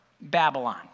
Babylon